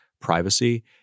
privacy